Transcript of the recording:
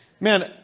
man